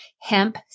hemp